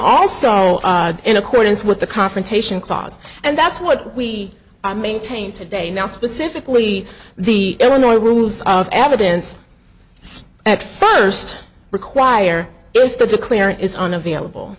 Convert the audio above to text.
also in accordance with the confrontation clause and that's what we i maintain today now specifically the illinois rules of evidence at first require the declarant is unavailable